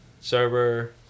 server